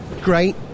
Great